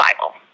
Bible